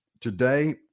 today